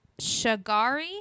Shagari